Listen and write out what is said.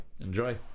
Enjoy